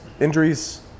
injuries